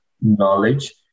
knowledge